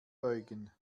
beugen